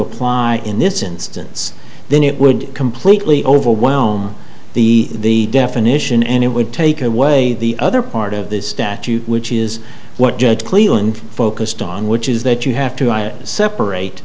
apply in this instance then it would completely overwhelm the definition and it would take away the other part of this statute which is what judge cleveland focused on which is that you have to